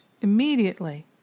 immediately